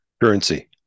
Currency